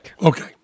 Okay